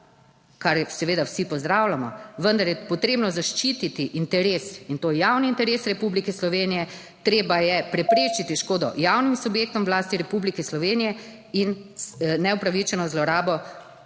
kar seveda vsi pozdravljamo, vendar je potrebno zaščititi interes, in to javni interes Republike Slovenije, treba je preprečiti škodo javnim subjektom v lasti Republike Slovenije in neupravičeno zlorabo